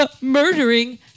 murdering